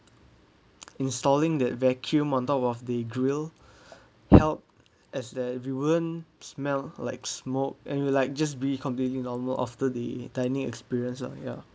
installing that vacuum on top of the grill helped as that we won't smell like smoke and we like just be completely normal after the dining experience lah ya